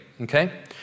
okay